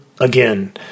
again